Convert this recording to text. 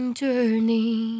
journey